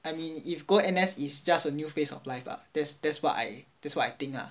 I mean if go N_S is just a new phase of life lah that's that's what I that's what I think ah